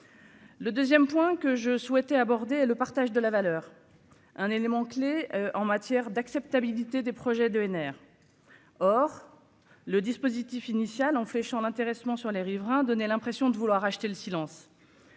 Le 2ème point que je souhaitais aborder le partage de la valeur, un élément clé en matière d'acceptabilité des projets d'ENR, or le dispositif initial en flèche en l'intéressement sur les riverains, donner l'impression de vouloir acheter le silence